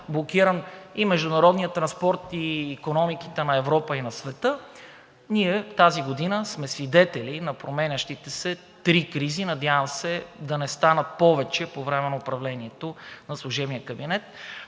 от международния транспорт, икономиките на Европа и на света, ние тази година сме свидетели на променящите се три кризи. Надявам се да не станат повече по време на управлението на служебния кабинет.